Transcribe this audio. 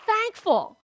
thankful